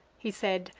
he said,